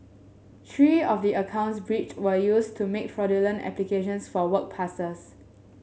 three of the accounts breached were used to make fraudulent applications for work passes